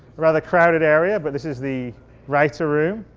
rather crowded area, but this is the writer's room.